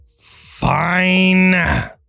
Fine